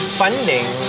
funding